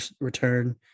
return